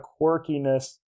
quirkiness